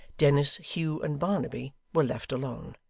dennis, hugh, and barnaby, were left alone.